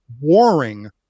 warring